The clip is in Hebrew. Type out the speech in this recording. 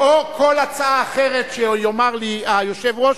או כל הצעה אחרת שיאמר לי היושב-ראש,